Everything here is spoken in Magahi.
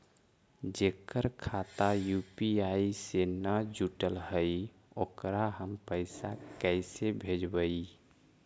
जेकर खाता यु.पी.आई से न जुटल हइ ओकरा हम पैसा कैसे भेजबइ?